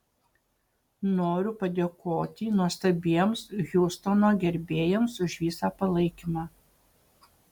noriu padėkoti nuostabiems hjustono gerbėjams už visą palaikymą